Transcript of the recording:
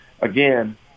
again